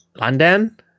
London